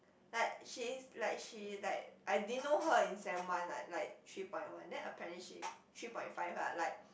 but she is like she like I didn't know her in Sem one like like three point one then apparently she three point five ah like